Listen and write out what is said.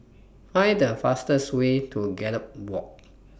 Find The fastest Way to Gallop Walk